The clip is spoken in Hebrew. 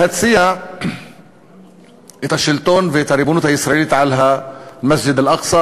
בא כדי להציע את השלטון ואת הריבונות הישראלית על מסגד אל-אקצא